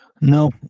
No